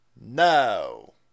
No